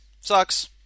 Sucks